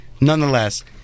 Nonetheless